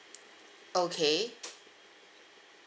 okay